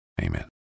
Amen